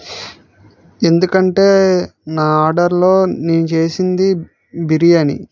ఎందుకంటే నా ఆర్డర్లో నేను చేసింది బిర్యానీ